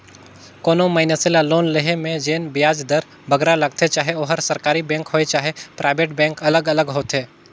कोनो मइनसे ल लोन लोहे में जेन बियाज दर बगरा लगथे चहे ओहर सरकारी बेंक होए चहे पराइबेट बेंक अलग अलग होथे